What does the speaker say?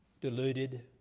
deluded